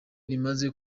rimaze